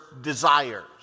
desires